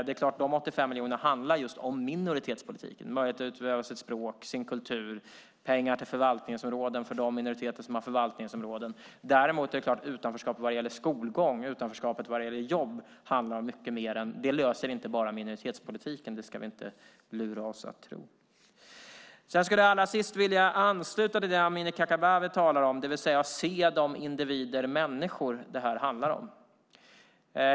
Det är klart att dessa 85 miljoner handlar just om minoritetspolitiken - om möjligheten att utöva sitt språk och sin kultur och pengar till förvaltningsområden för de minoriteter som har förvaltningsområden. Däremot löser man inte utanförskapet när det gäller skolgång och jobb med bara minoritetspolitiken. Det ska vi inte lura oss att tro. Allra sist skulle jag vilja ansluta till det som Amineh Kakabaveh talar om, det vill säga att se de individer och människor som detta handlar om.